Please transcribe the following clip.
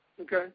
okay